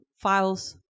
files